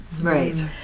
Right